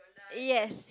yes